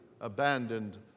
abandoned